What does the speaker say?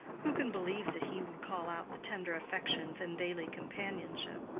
who can believe that he would call out the tender affections in daily companionship?